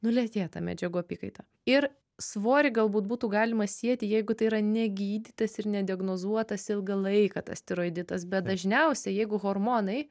nu lėtėja ta medžiagų apykaita ir svorį galbūt būtų galima sieti jeigu tai yra negydytas ir nediagnozuotas ilgą laiką tas tiroiditas bet dažniausiai jeigu hormonai